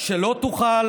"שלא תוכל